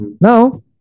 now